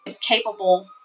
capable